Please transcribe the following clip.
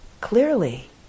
clearly